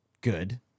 Good